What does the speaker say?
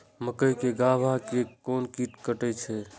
मक्के के गाभा के कोन कीट कटे छे?